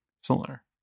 similar